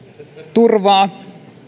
turvaa